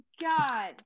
god